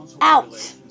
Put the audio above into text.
Out